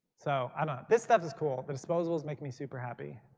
so um ah this stuff is cool, the disposables make me super happy.